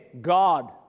God